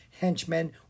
henchmen